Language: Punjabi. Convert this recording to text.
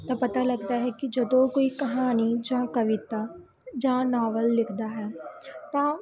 ਤਾਂ ਪਤਾ ਲਗਦਾ ਹੈ ਕਿ ਜਦੋਂ ਕੋਈ ਕਹਾਣੀ ਜਾਂ ਕਵਿਤਾ ਜਾਂ ਨਾਵਲ ਲਿਖਦਾ ਹੈ ਤਾਂ